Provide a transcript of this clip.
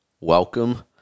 Welcome